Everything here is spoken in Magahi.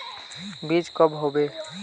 बीज कब होबे?